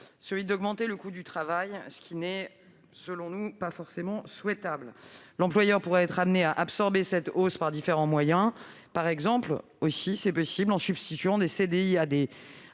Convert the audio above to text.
celui d'augmenter le coût du travail, ce qui n'est, selon nous, pas souhaitable. L'employeur pourrait être amené à absorber cette hausse par différents moyens, par exemple- c'est possible -en substituant à des CDI à temps